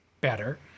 better